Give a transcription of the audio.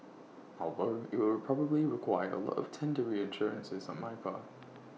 although IT will probably require A lot of tender reassurances on my part